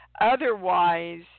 Otherwise